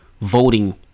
voting